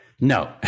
no